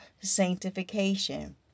sanctification